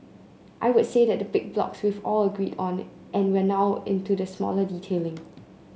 I would say that the big blocks we've all agreed on and we're now into the smaller detailing